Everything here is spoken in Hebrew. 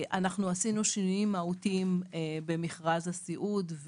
אנחנו עשינו שינויים מהותיים במכרז הסיעוד,